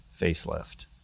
facelift